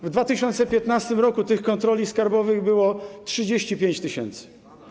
W 2015 r. tych kontroli skarbowych było 35 tys.